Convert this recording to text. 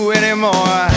anymore